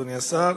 אדוני השר,